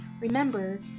remember